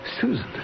Susan